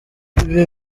ibi